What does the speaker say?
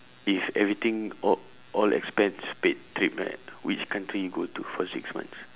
if everything all all expense paid trip right which country you go to for six months